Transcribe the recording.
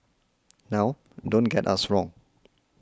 now don't get us wrong